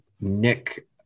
Nick